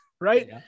right